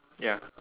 ya